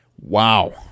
Wow